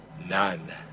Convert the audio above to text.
None